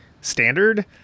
standard